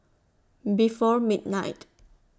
before midnight